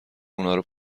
اونارو